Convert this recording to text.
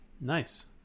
Nice